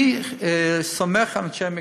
אני סומך על אנשי המקצוע,